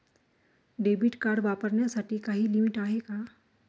Debit card वापरण्यासाठी काही limit आहे का?